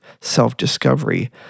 self-discovery